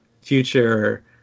future